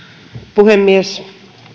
puhemies